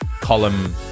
column